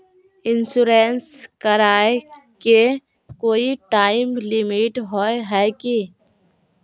Insurance कराए के कोई टाइम लिमिट होय है की?